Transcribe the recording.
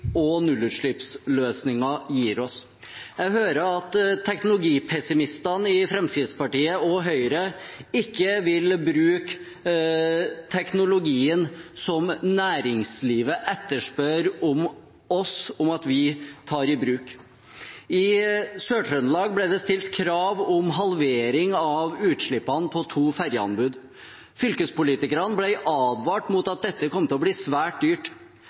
og nullutslippsløsninger gir oss. Jeg hører at teknologipessimistene i Fremskrittspartiet og Høyre ikke vil bruke teknologien som næringslivet etterspør at vi tar i bruk. I Sør-Trøndelag ble det stilt krav om halvering av utslippene på to fergeanbud. Fylkespolitikerne ble advart mot at dette kom til å bli svært dyrt.